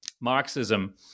Marxism